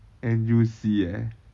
and juicy eh